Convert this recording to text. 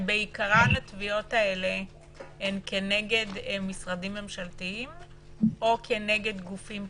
בעיקרן התביעות הללו כנגד משרדים ממשלתיים או כנגד גופים פרטיים?